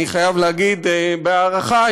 אני חייב להגיד בהערכה,